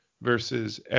versus